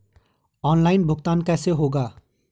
Online भुगतान कैसे होगा?